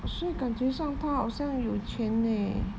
所以感觉上她好像很有钱 leh